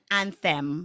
anthem